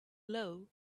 low